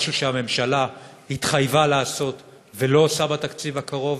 משהו שהממשלה התחייבה לעשות ולא עושה בתקציב הקרוב: